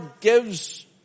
gives